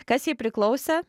kas jai priklausė